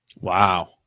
Wow